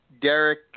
Derek